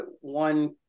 one